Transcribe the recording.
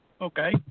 Okay